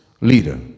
leader